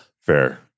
Fair